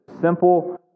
simple